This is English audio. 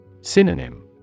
Synonym